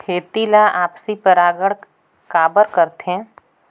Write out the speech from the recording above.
खेती ला आपसी परागण काबर करथे?